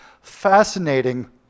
fascinating